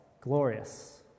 glorious